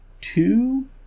two